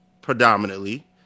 predominantly